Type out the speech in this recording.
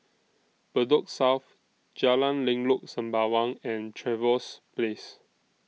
Bedok South Jalan Lengkok Sembawang and Trevose Place